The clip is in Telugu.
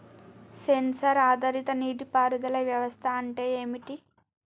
సెన్సార్ ఆధారిత నీటి పారుదల వ్యవస్థ అంటే ఏమిటి?